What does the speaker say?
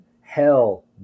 hell